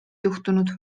juhtunud